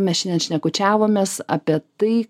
mes šiandien šnekučiavomės apie tai